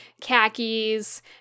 khakis